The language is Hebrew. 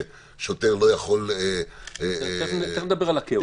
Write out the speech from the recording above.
ששוטר לא יכול --- תיכף נדבר על הכאוס.